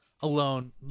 alone